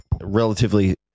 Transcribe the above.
relatively